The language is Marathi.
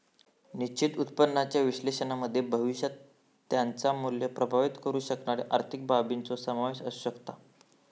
निश्चित उत्पन्नाच्या विश्लेषणामध्ये भविष्यात त्याचा मुल्य प्रभावीत करु शकणारे आर्थिक बाबींचो समावेश असु शकता